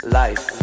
life